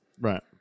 right